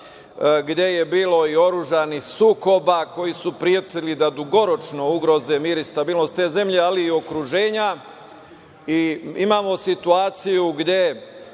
gde je bilo i oružanih sukoba, koji su pretili da dugoročno ugroze mir i stabilnost te zemlje, ali i okruženja.